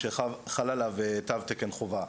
שחל עליו תו תקן חובה.